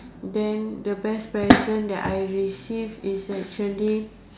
then the best present that I received is actually